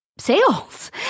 sales